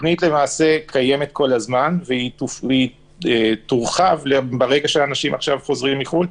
התוכנית קיימת כל הזמן והיא תורחב ברגע שאנשים יתחילו לחזור מחו"ל.